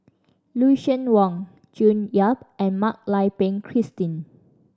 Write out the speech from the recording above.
Lucien Wang June Yap and Mak Lai Peng Christine